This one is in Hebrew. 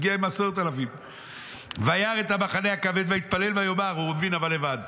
הגיע עם 10,000. "וירא את המחנה הכבד ויתפלל ויאמר" הוא הבין לבד,